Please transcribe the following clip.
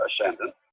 ascendant